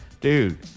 Dude